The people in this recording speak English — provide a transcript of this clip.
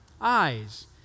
Eyes